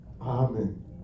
Amen